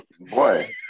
boy